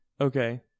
Okay